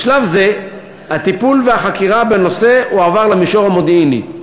בשלב זה הטיפול והחקירה בנושא הועברו למישור המודיעיני.